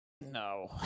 no